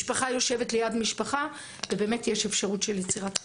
משפחה יושבת ליד משפחה ובאמת יש אפשרות של יצירת קשר.